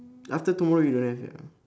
after tomorrow you don't have ya